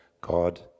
God